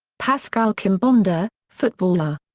pascal chimbonda, footballer.